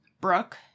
Brooke